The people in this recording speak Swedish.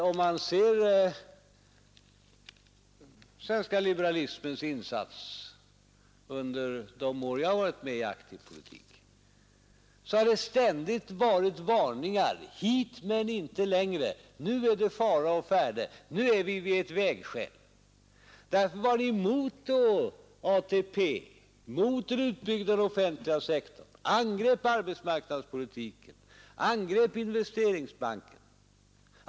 Om jag ser på den svenska liberalismens insats under de år jag varit med i aktiv politik, har det ständigt varit varningar: hit men inte längre, nu är det fara å färde, nu är vi vid ett vägskäl. Därför var ni emot ATP, mot en utbyggnad av den offentliga sektorn, därför förekom angrepp mot arbetsmarknadspolitiken, angrepp mot Investeringsbanken.